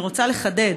אני רוצה לחדד.